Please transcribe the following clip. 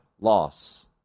loss